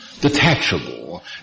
detachable